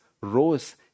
rose